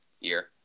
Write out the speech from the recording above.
year